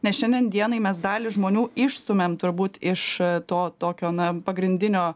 nes šiandien dienai mes dalį žmonių išstumiam turbūt iš to tokio na pagrindinio